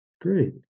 great